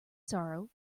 sorrow